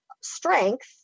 strength